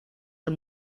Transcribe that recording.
del